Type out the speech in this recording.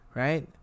right